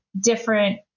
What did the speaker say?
different